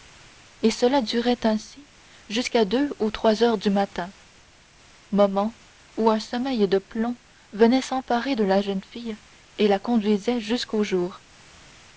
et cela durait ainsi jusqu'à deux ou trois heures du matin moment où un sommeil de plomb venait s'emparer de la jeune fille et la conduisait jusqu'au jour